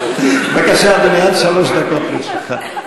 בבקשה, אדוני, עד שלוש דקות לרשותך.